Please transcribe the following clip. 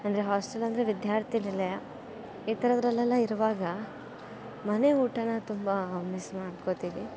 ಅಂದರೆ ಹಾಸ್ಟೆಲ್ ಅಂದರೆ ವಿದ್ಯಾರ್ಥಿ ನಿಲಯ ಈ ಥರದ್ದರಲ್ಲೆಲ್ಲ ಇರುವಾಗ ಮನೆ ಊಟನ ತುಂಬ ಮಿಸ್ ಮಾಡ್ಕೋತಿವಿ